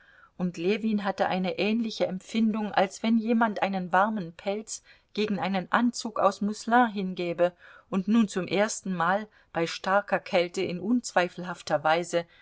und ljewin hatte eine ähnliche empfindung als wenn jemand einen warmen pelz gegen einen anzug aus musselin hingäbe und nun zum erstenmal bei starker kälte in unzweifelhafter weise